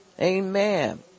Amen